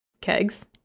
Kegs